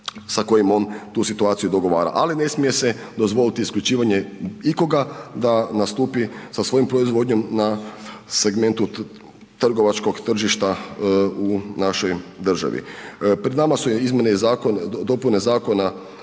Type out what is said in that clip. sa kojim on tu situaciju dogovora, ali ne smije se dozvolit isključivanje ikoga da nastupi sa svojom proizvodnjom na segmentu trgovačkog tržišta u našoj državi. Pred nama su izmjene i zakon,